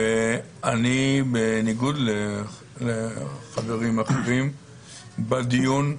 בניגוד לחברים אחרים בדיון,